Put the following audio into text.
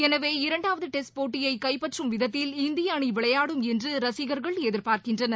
எனவே இரண்டாவது டெஸ்ட் போட்டியை கைப்பற்றும் விதத்தில் இந்திய அணி விளையாடும் என்று ரசிகர்கள் எதிர்ப்பார்க்கின்றனர்